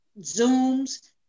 Zooms